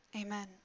amen